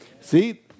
See